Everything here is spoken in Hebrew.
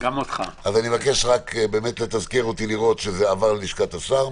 אני מבקש שתתזכר אותי לראות שזה עבר ללשכת השר,